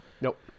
Nope